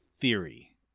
theory